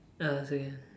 uh say again